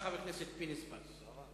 אדוני